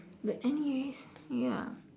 but anyways ya